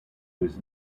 was